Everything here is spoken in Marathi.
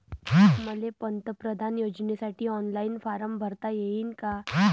मले पंतप्रधान योजनेसाठी ऑनलाईन फारम भरता येईन का?